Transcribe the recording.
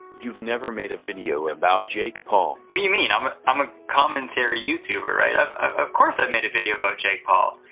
you've never made a video about jake paul. what do you mean? i'm um a commentary youtuber, right? ah of course i've made a video about jake paul,